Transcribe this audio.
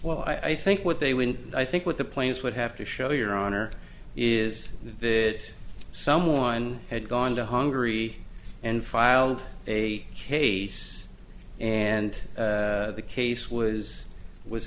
well i think what they when i think what the planes would have to show your honor is that someone had gone to hungary and filed a case and the case was was